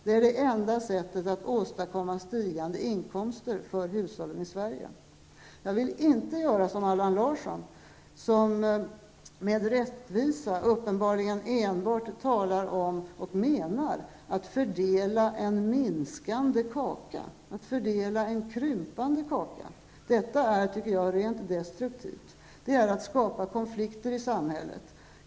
Det är det enda sättet att åstadkomma stigande inkomster för hushållen i Sverige. Jag vill inte göra som Allan Larsson, som med rättvisa uppenbarligen enbart menar att fördela en minskande kaka, en krympande kaka. Detta är, tycker jag, destruktivt -- det är att skapa konflikter i samhället.